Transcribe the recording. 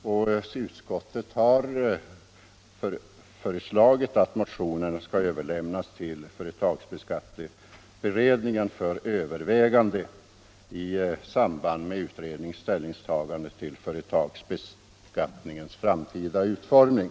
Socialförsäkringsutskottet har därefter föreslagit att motionerna överlämnas till företagsskatteberedningen för övervägande i samband med utredningens ställningstagande i fråga om företagsbeskattningens framtida utformning.